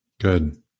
Good